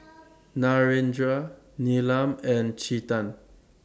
Narendra Neelam and Chetan